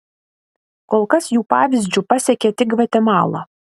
kol kas jų pavyzdžiu pasekė tik gvatemala